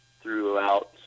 throughout